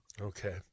Okay